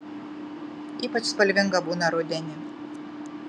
ypač spalvinga būna rudenį